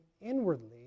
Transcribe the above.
inwardly